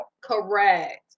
Correct